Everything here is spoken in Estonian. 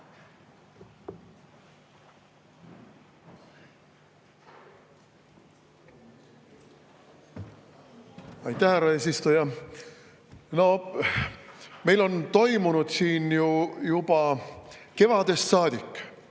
Aitäh, härra eesistuja! Meil on toimunud siin juba kevadest saadik,